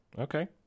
Okay